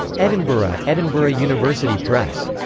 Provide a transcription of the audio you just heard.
edinburgh edinburgh university press.